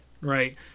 right